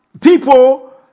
people